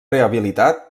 rehabilitat